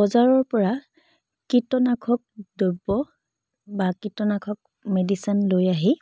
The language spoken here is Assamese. বজাৰৰ পৰা কীটনাশক দ্ৰব্য বা কীটনাশক মেডিচিন লৈ আহি